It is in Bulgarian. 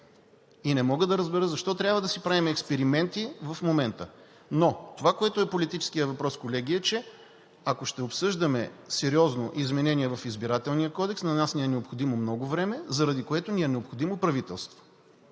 И не мога да разбера защо трябва да си правим експерименти в момента? Това, което е политическият въпрос, колеги, е, че ако ще обсъждаме сериозно изменение в Изборния кодекс, на нас ни е необходимо много време, заради което ни е необходимо правителство.